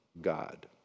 God